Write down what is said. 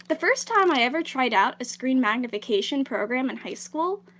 the first time i ever tried out a screen magnification program in high school,